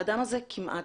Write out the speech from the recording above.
האדם הזה כמעט